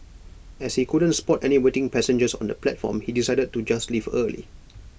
as he couldn't spot any waiting passengers on the platform he decided to just leave early